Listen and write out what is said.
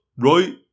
right